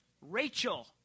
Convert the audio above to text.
Rachel